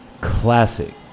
Classic